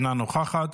אינה נוכחת,